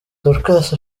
dorcas